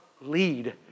lead